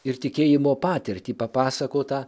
ir tikėjimo patirtį papasakotą